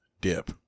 dip